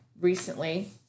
recently